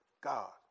God